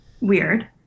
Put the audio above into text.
weird